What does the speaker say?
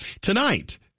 Tonight